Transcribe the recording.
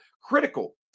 critical